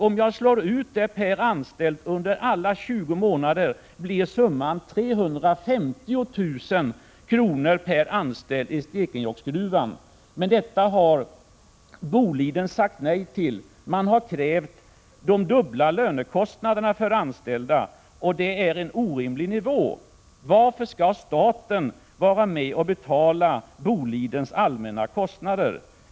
Om man slår ut det per anställd under 20 månader blir summan 350 000 kr. per anställd. Men detta har Boliden sagt nej till. De har krävt den dubbla lönekostnaden för de anställda, och det är en orimlig nivå. Varför skall staten vara med och betala Bolidens allmänna kostnader?